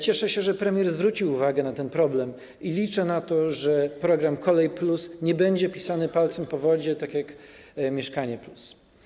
Cieszę się, że premier zwrócił uwagę na ten problem, i liczę na to, że program „Kolej+” nie będzie pisany palcem po wodzie tak jak „Mieszkanie+”